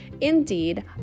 Indeed